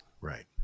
Right